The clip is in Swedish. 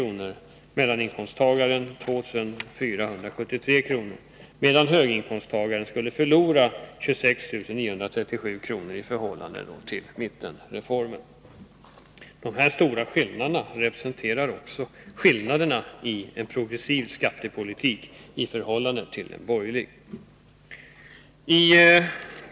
och mellaninkomsttagaren 2 473 kr., medan höginkomsttagaren skulle förlora 26 937 kr. i förhållande till mittenreformen. Dessa stora skillnader representerar också skillnaderna i en progressiv skattepolitik i förhållande till en borgerlig.